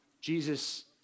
Jesus